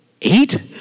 Eight